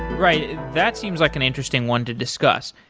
right. that seems like an interesting one to discuss,